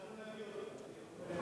כן, ראיתי אותו לפני רגע.